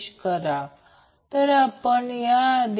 तर हा घटक आहे हा आहे